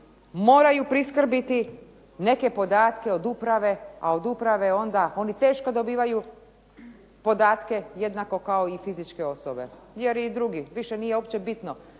moraju priskrbiti neke podatke od uprave, a od uprave onda oni teško dobivaju podatke jednako kao i fizičke osobe jer i drugi, više nije uopće bitno.